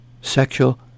sexual